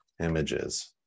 Images